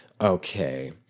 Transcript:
Okay